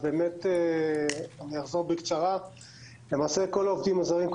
כל העובדים הזרים,